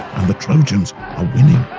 and the trojans are winning.